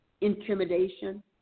intimidation